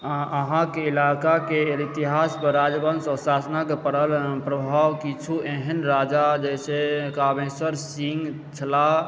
अहाँके इलाका के इतिहास पर राजवंश आओर शासनक पड़ल प्रभाव किछु एहन राजा जैसे कामेसर सिंह छलाह